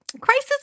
crisis